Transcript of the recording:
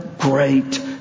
great